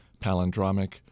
Palindromic